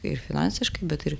ir finansiškai bet ir